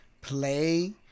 play